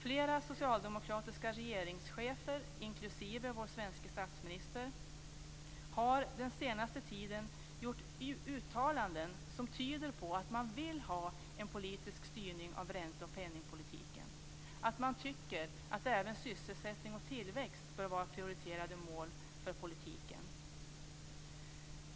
Flera socialdemokratiska regeringschefer, inklusive vår svenske statsminister, har den senaste tiden gjort uttalanden som tyder på att man vill ha en politisk styrning av ränte och penningpolitiken och att man tycker att även sysselsättning och tillväxt bör vara prioriterade mål för politiken.